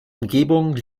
umgebung